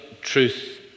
truth